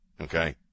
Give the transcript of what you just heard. Okay